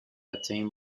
attained